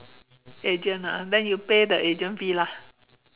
agent ah then you pay the agent fee lah